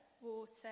water